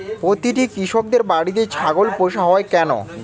প্রতিটি কৃষকদের বাড়িতে ছাগল পোষা হয় কেন?